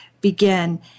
begin